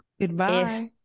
Goodbye